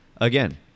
again